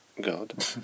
God